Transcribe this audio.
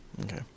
Okay